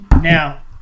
Now